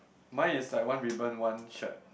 mine is like one ribbon one shirt